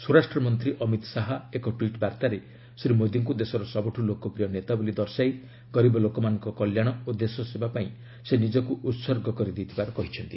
ସ୍ୱରାଷ୍ଟ୍ରମନ୍ତ୍ରୀ ଅମିତ ଶାହା ଏକ ଟ୍ୱିଟ୍ବାର୍ତ୍ତାରେ ଶ୍ରୀ ମୋଦୀଙ୍କୁ ଦେଶର ସବୁଠୁ ଲୋକପ୍ରିୟ ନେତା ବୋଲି ଦର୍ଶାଇ ଗରିବ ଲୋକମାନଙ୍କ କଲ୍ୟାଣ ଓ ଦେଶସେବା ପାଇଁ ସେ ନିଜକୁ ଉତ୍ସର୍ଗ କରିଦେଇଥିବାର କହିଚ୍ଛନ୍ତି